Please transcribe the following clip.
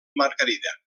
margarida